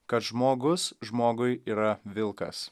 kad žmogus žmogui yra vilkas